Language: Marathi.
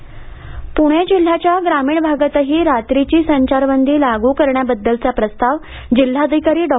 ग्रामीण संचारबंदी पुणे जिल्ह्याच्या ग्रामीण भागातही रात्रीची संचारबंदी लागू कारण्याबद्दलचा प्रस्ताव जिल्हाधिकारी डॉ